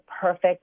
perfect